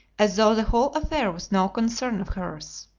as though the whole affair was no concern of hers.